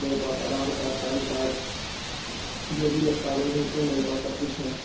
میرے پاس Aadhaar card pan card جو بھی دستاویج ہوتے ہیں میرے پاس سب کچھ ہیں